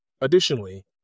Additionally